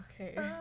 okay